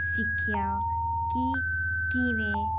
ਸਿੱਖਿਆ ਕਿ ਕਿਵੇਂ